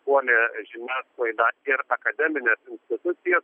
puolė žiniasklaidą ir akademines institucijas